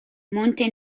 monte